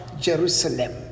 Jerusalem